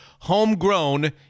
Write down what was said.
homegrown